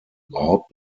überhaupt